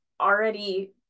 already